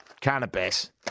cannabis